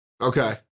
Okay